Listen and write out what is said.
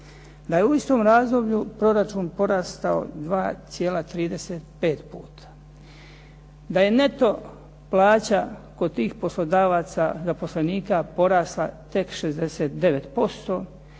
da je u istom razdoblju proračun porastao 2,35 puta, da je neto plaća kod tih poslodavaca, zaposlenika porasla tek 69%,